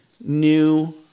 new